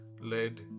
led